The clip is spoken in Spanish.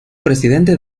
presidente